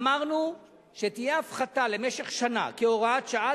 אמרנו שתהיה הפחתה למשך שנה כהוראת שעה,